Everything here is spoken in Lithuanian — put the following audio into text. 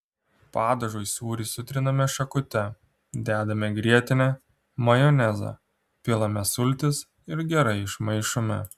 padažui sūrį sutriname šakute dedame grietinę majonezą pilame sultis ir gerai išmaišome